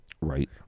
Right